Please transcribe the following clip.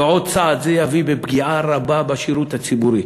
ועוד, צעד זה יביא לפגיעה רבה בשירות לציבור.